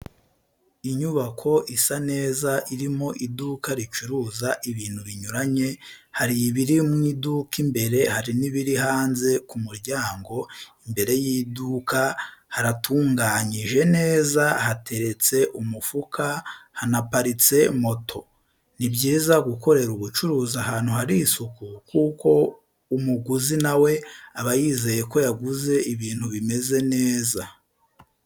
inyubako isa neza irimo iduka ricuruza ibintu binyuranye, hari ibiri mu iduka imbere hari n'ibindi biri hanze ku muryango, imbere y'iduka haratunganyije neza hateretse umufuka, hanaparitse moto. Ni byiza gukorera ubucuruzi ahantu hari isuku kuko umuguzi nawe aba yizeye ko yaguze ibintu bimeze neza.